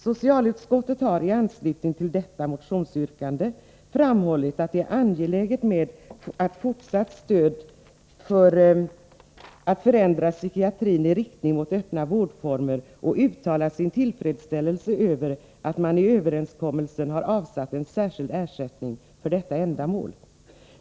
Socialutskottet har i anslutning till detta motionsyrkande framhållit att det är angeläget med ett fortsatt stöd för att förändra psykiatrin i riktning mot öppna vårdformer och har uttalat sin tillfredsställelse över att man i överenskommelsen har avsatt en särskild ersättning för detta ändamål.